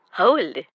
hold